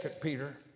Peter